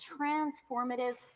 transformative